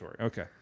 Okay